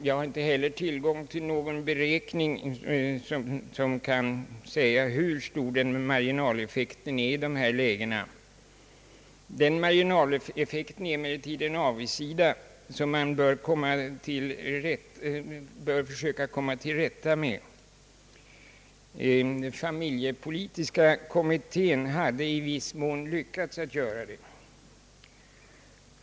Jag har inte heller tillgång till någon beräkning som kan säga hur stor marginaleffekten är i dessa lägen, men den innebär en avigsida som man bör försöka komma till rätta med. Familjepolitiska kommittén hade i viss mån lyckats göra det.